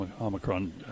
Omicron